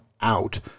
out